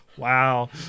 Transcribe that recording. Wow